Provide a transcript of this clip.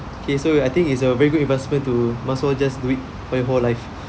okay so I think is a very good investment to might as well just do it for your whole life